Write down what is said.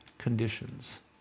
Conditions